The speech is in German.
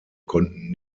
konnten